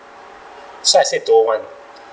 so I said don't want